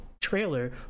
trailer